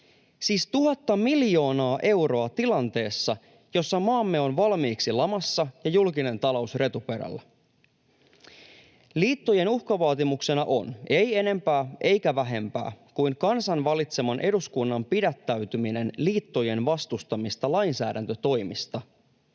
siis tuhatta miljoonaa euroa, tilanteessa, jossa maamme on valmiiksi lamassa ja julkinen talous retuperällä. Liittojen uhkavaatimuksena on, ei enempää eikä vähempää, kansan valitseman eduskunnan pidättäytyminen liittojen vastustamista lainsäädäntötoimista.